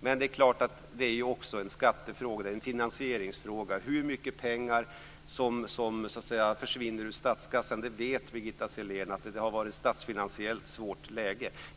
Men det är klart att det här också är en skatte och finansieringsfråga. Hur mycket pengar som försvinner ur statskassan känner Birgitta Sellén till - det har ju varit ett statsfinansiellt svårt läge.